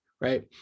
right